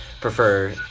prefer